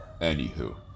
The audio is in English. Anywho